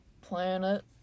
planet